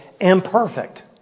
imperfect